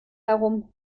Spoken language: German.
herum